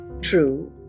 true